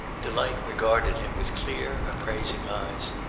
delight regarded him with clear, appraising eyes.